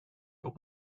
but